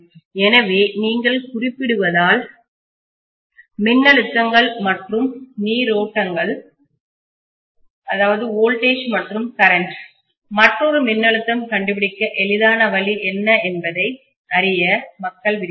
எனவே நீங்கள் குறிப்பிடுவதால் மின்னழுத்தங்கள் மற்றும் நீரோட்டங்கள் மற்றொரு மின்னழுத்தம் கண்டுபிடிக்க எளிதான வழி என்ன என்பதை அறிய மக்கள் விரும்பினர்